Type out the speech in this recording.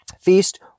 Feast